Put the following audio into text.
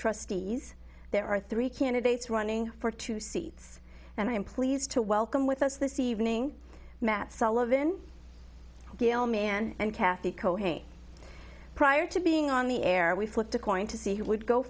trustees there are three candidates running for two seats and i am pleased to welcome with us this evening matt sullivan gayle man and kathy prior to being on the air we flipped a coin to see who would go